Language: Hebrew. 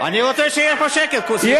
אני רוצה שיהיה פה שקט, סליחה, כבודו.